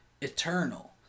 eternal